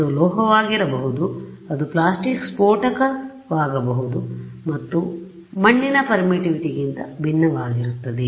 ಅದು ಲೋಹವಾಗಿರಬಹುದು ಅದು ಪ್ಲಾಸ್ಟಿಕ್ ಸ್ಫೋಟಕplastic explosiveವಾಗಬಹುದು ಮತ್ತು ಮಣ್ಣಿನ ಪರ್ಮಿಟಿವಿಟಿಗಿಂತ ಭಿನ್ನವಾಗಿರುತ್ತದೆ